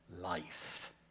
life